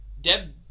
Deb